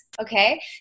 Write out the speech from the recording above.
okay